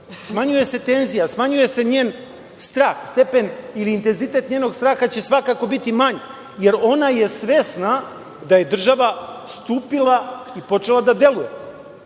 smanjuje se tenzija, smanjuje se njen strah, stepen ili intenzitet njenog straha će svakako biti manji, jer ona je svesna da je država stupila i počela da deluje,